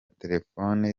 telephone